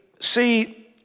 see